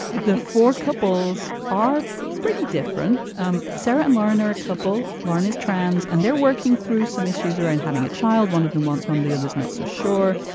the four couples are pretty different. um sarah and lauren are a couple. lauren is trans and they're working through some issues around having a child one of them wants one the others not so sure.